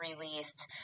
released